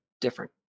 different